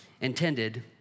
intended